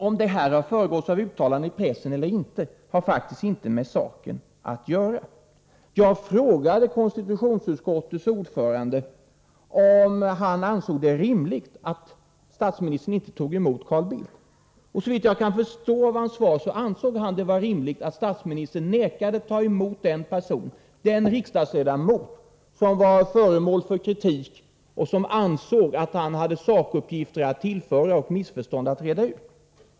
Om det här har föregåtts av uttalanden i pressen eller inte har faktiskt inte med saken att göra. Jag frågade konstitutionsutskottets ordförande om han ansåg det rimligt att statsministern inte tog emot Carl Bildt. Såvitt jag kan förstå av hans svar ansåg han att det var rimligt att statsministern vägrade ta emot den riksdagsledamot som var föremål för kritik och som ansåg att han hade sakuppgifter att tillföra och missförstånd att reda ut.